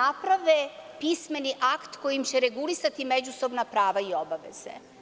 naprave pismeni akt kojim će regulisati međusobna prava i obaveze.